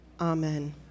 Amen